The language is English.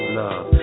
love